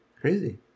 Crazy